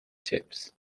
tips